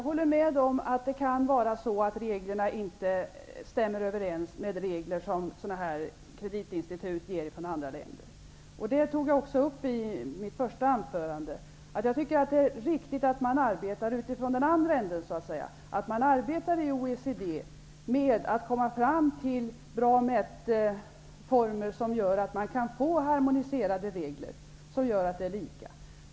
Herr talman! Jag håller med om att reglerna inte stämmer överens med reglerna hos kreditinstitut i andra länder. Den frågan tog jag upp i mitt inledningsanförande. Jag tycker att det är riktigt att arbeta med utgångspunkten i den andra ändan. Man arbetar inom OECD på att komma fram till bra mätmetoder som gör att det går att skapa harmoniserade regler.